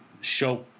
show